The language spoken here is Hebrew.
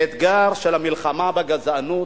האתגר של המלחמה בגזענות,